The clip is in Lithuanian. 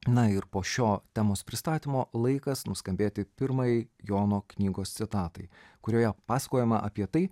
na ir po šio temos pristatymo laikas nuskambėti pirmajai jono knygos citatai kurioje pasakojama apie tai